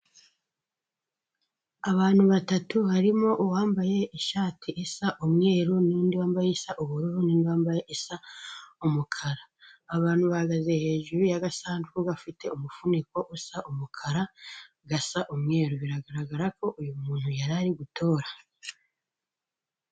Abantu batatu harimo uwambaye ishati isa umweru n'undi wambaye isa ubururu n'u undi wambaye isa umukara, abantu bahagaze hejuru y'agasanduku gafite umufuniko usa umukara, gasa umweru biragaragara ko uyu muntu yari ari gutora.